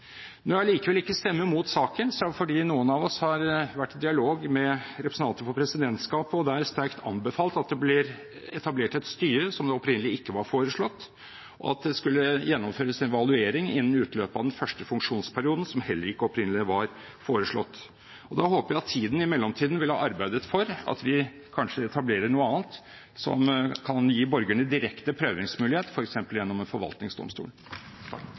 Når jeg allikevel ikke stemmer imot saken, er det fordi noen av oss har vært i dialog med representanter for presidentskapet og der sterkt anbefalt at det blir etablert et styre, som opprinnelig ikke var foreslått, og at det skulle gjennomføres evaluering innen utløpet av den første funksjonsperioden, som heller ikke opprinnelig var foreslått. Og da håper jeg at tiden vil ha arbeidet for at vi kanskje etablerer noe annet, som kan gi borgerne direkte prøvingsmulighet, f.eks. gjennom en forvaltningsdomstol.